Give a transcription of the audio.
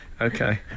Okay